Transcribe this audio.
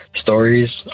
stories